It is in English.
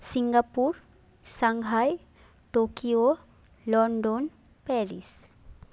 Singapore Shanghai Tokyo London Paris